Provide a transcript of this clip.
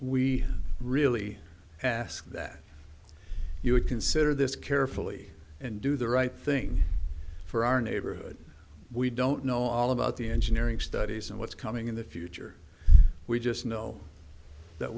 we really ask that you would consider this carefully and do the right thing for our neighborhood we don't know all about the engineering studies and what's coming in the future we just know that